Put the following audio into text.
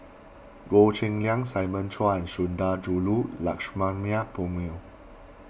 Goh Cheng Liang Simon Chua and Sundarajulu Lakshmana Perumal